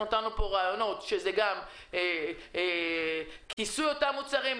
אנחנו נתנו פה רעיונות: גם כיסוי אותם המוצרים,